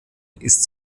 ist